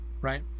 right